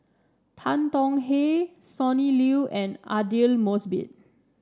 Tan Tong Hye Sonny Liew and Aidli Mosbit